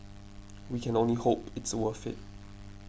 we can only hope it's worth it